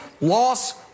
Loss